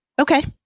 Okay